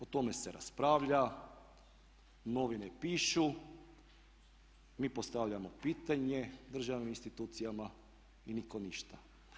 O tome se raspravlja, novine pišu, mi postavljamo pitanje državnim institucijama i nitko ništa.